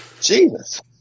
Jesus